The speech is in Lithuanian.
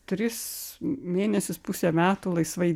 tris mėnesius pusę metų laisvai